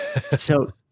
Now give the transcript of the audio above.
So-